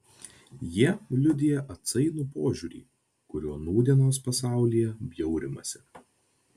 jie liudija atsainų požiūrį kuriuo nūdienos pasaulyje bjaurimasi